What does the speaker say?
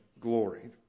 glory